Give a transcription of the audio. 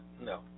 no